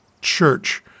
church